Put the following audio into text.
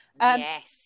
Yes